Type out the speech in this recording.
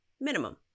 minimum